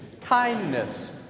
kindness